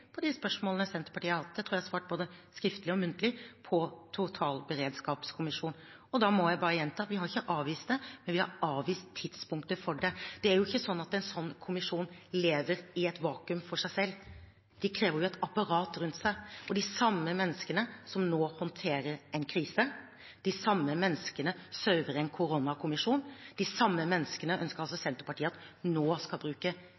på de spørsmålene Senterpartiet har hatt. Jeg tror jeg har svart både skriftlig og muntlig om en totalberedskapskommisjon. Da må jeg bare gjenta: Vi har ikke avvist det, men vi har avvist tidspunktet for det. Det er jo ikke sånn at sånne kommisjoner lever i et vakuum for seg selv. De krever et apparat rundt seg. De samme menneskene som nå håndterer en krise, de samme menneskene som sørver en koronakommisjon, ønsker altså Senterpartiet at nå skal bruke